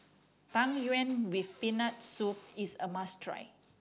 Tang Yuen with Peanut Soup is a must try